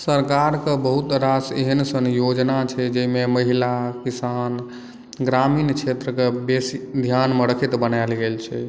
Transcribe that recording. सरकार के बहुत रास एहन सन योजना छै जाहिमे महिला किसान ग्रामीण क्षेत्र के बेसी ध्यान मे रखैत बनायल गेल छै